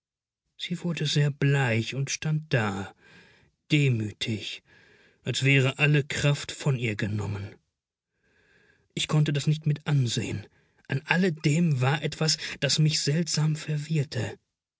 sie wurde sehr bleich und stand da demütig als wäre alle kraft von ihr genommen ich konnte das nicht mit ansehen an alledem war etwas das mich seltsam verwirrte